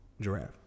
giraffe